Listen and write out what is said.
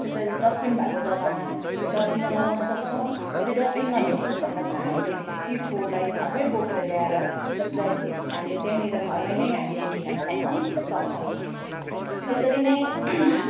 त्यसलाई डस्टबिन भएको जग्गामा हामीले डस्टबिनमा लगाउन सक्छौँ यदि डस्टबिन नभेटिएको खण्डमा हामीले ती फोहोरलाई घरमै बोकेर ल्याएर त्यसलाई हामीले त्यहीँनिर घरमै नै हामीले ठेगाना लाउन सक्छौँ त्यसरी नै